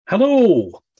Hello